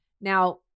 Now